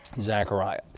Zechariah